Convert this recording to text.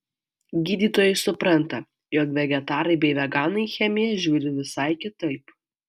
gydytojai supranta jog vegetarai bei veganai į chemiją žiūri visai kitaip